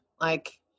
like-